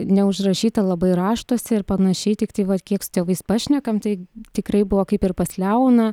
neužrašyta labai raštuose ir panašiai tiktai vat kiek su tėvais pašnekam tai tikrai buvo kaip ir pas leoną